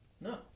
No